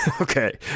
Okay